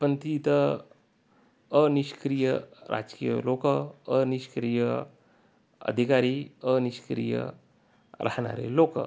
पण ती इथं अनिष्क्रिय राजकीय लोक अनिष्क्रिय अधिकारी अनिष्क्रिय राहणारे लोक